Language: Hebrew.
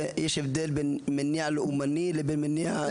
היא האם יש מקרים של מניע לאומני ומקרים של מניע פלילי?